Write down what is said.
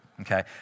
okay